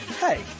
Hey